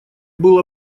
был